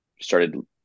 started